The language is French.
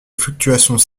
fluctuations